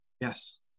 Yes